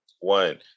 One